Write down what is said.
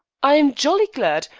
i'm jolly glad!